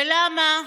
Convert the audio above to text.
ולמה?